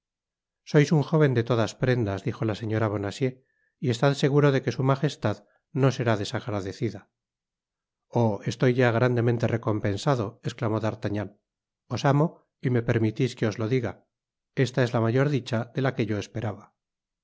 sois un jóyen de todas prendas dijo la señora bonacieux y estad seguro de que su majestad no será desagradecida oh estoy ya grandemente recompensado esclamó d'artagnan os amo y me permitis que os lo diga esta es mayor dicha de la que yo esperaba